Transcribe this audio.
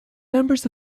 members